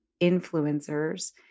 influencers